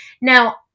Now